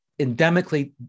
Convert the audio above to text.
endemically